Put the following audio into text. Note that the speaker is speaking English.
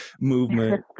movement